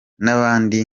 n’abandi